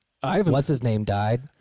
what's-his-name-died